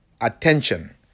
attention